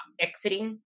exiting